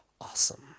awesome